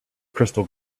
crystal